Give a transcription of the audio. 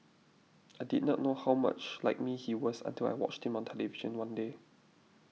I did not know how much like me he was until I watched him on television one day